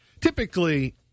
typically